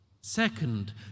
second